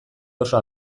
oso